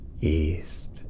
east